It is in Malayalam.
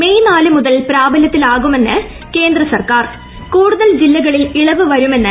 മെയ് നാല് മുതൽ പ്രാബലൃത്തിലാകുമെന്ന് കേന്ദ്ര സർക്കാർ കൂടുതൽ ജില്ലകളിൽ ഇളവ് വരുമെന്ന് സൂചന